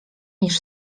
niż